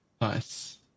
Nice